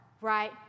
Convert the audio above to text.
right